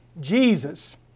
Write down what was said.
Jesus